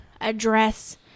address